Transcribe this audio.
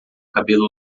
cabelo